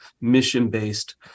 mission-based